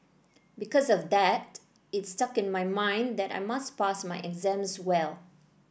because of that it stuck in my mind that I must pass my exams well